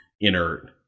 inert